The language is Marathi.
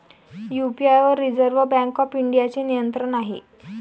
यू.पी.आय वर रिझर्व्ह बँक ऑफ इंडियाचे नियंत्रण आहे